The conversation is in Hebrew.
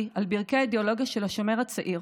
על ברכי האידיאולוגיה של השומר הצעיר